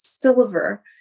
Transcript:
Silver